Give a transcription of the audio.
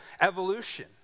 Evolution